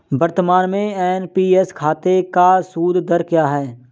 वर्तमान में एन.पी.एस खाते का सूद दर क्या है?